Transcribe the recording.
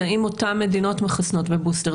זה האם אותן מדינות מחסנות בבוסטר,